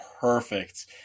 perfect